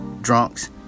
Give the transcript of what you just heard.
drunks